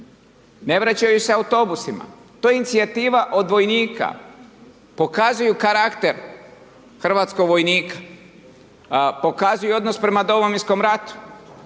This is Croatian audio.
ne vraćaju se autobusima, to je inicijativa vojnika, pokazuju karakter hrvatskog vojnika, pokazuju odnos prema Domovinskom ratu,